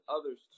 others